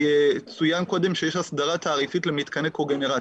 צוין קודם שיש הסדרה תעריפית למתקני קוגנרציה.